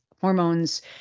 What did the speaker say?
hormones